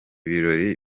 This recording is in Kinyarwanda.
birori